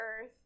earth